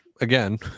again